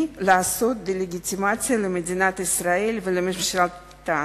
לעשות דה-לגיטימציה למדינת ישראל ולממשלתה